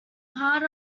part